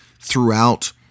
throughout